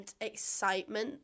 excitement